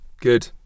Good